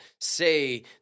say